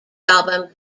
album